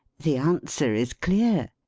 the answer is clear.